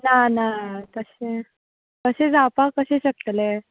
ना ना तशें तशें जावप कशें शकतलें